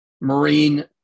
marine